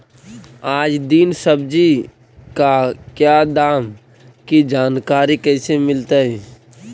आज दीन सब्जी का क्या दाम की जानकारी कैसे मीलतय?